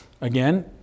again